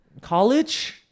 College